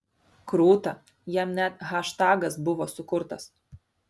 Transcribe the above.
krūta jam net haštagas buvo sukurtas